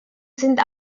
sind